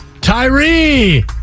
Tyree